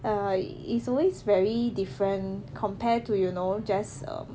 err it's always very different compared to you know just um